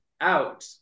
out